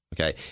Okay